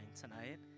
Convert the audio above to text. tonight